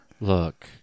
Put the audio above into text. Look